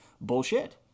Bullshit